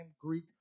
Greek